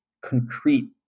concrete